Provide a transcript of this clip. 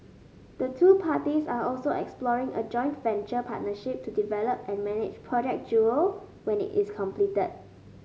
the two parties are also exploring a joint venture partnership to develop and manage Project Jewel when it is completed